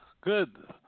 Good